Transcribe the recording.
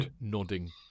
Nodding